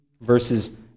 verses